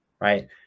right